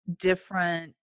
different